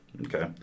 okay